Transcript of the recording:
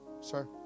Sir